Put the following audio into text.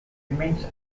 remains